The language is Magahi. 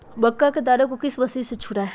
मक्का के दानो को किस मशीन से छुड़ाए?